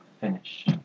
finish